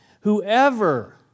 Whoever